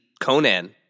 Conan